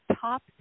Top